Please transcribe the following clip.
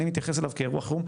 אני מתייחס אליו כאירוע חירום.